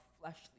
fleshly